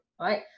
right